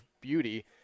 beauty –